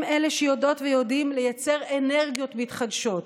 הם אלה שיודעות ויודעים לייצר אנרגיות מתחדשות,